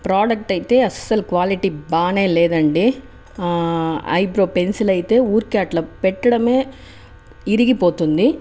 product అయితే అస్సలు quality బాగానే లేదు అండి ఐబ్రో పెన్సిల్ అయితే ఊరికే అట్ల పెట్టడమే విరిగిపోతుంది